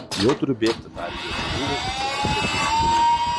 jau turiu bėgti tarė ji abejingai ir kietaširdei šeimininkei